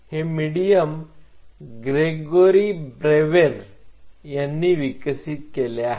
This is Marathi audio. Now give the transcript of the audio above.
हे मिडीयम ग्रेगोरी ब्रेवेर ने विकसित केले आहे